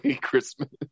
christmas